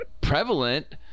prevalent